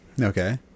Okay